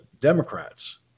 Democrats